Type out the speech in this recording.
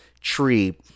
tree